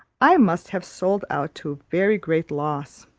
i must have sold out to very great loss.